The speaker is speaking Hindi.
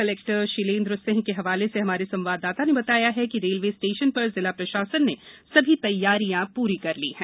कलेक् र शीलेंद्र सिंह के हवाले से हमारे संवाददाता ने बताया है कि रेलवे स्रोशन प्रर जिला प्रशासन ने सभी तैयारियां पूरी कर ली हैं